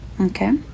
Okay